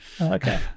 Okay